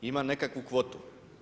Ima nekakvu kvotu.